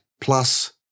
plus